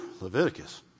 Leviticus